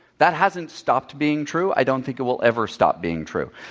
that hasn't stopped being true i don't think it will ever stop being true.